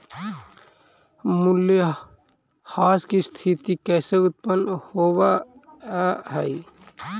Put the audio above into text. मूल्यह्रास की स्थिती कैसे उत्पन्न होवअ हई?